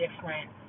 different